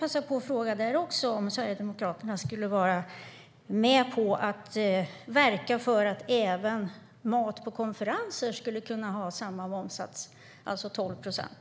Skulle Sverigedemokraterna vara med på att verka för att även mat på konferenser får en momssats på 12 procent?